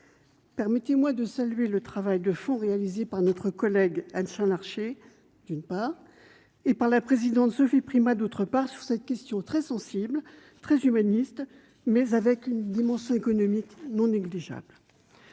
ce titre, de saluer le travail de fond réalisé par notre collègue Anne Chain-Larché, d'une part, et par la présidente Sophie Primas, d'autre part, sur ce sujet très sensible, très humaniste, mais dont la dimension économique n'est pas négligeable.